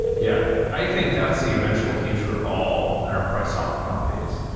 yeah. i think that's the eventual future of all enterprise software companies.